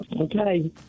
Okay